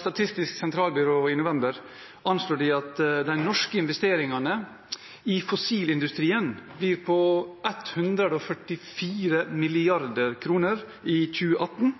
Statistisk sentralbyrå i november viser at de norske investeringene i fossilindustrien blir på anslagsvis 144 mrd. kr i 2018,